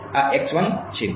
આ સમગ્ર ઑબ્જેક્ટ છે